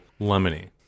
lemony